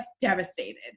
devastated